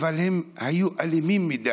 אבל הם היו אלימים מדי.